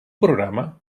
programa